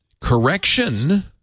Correction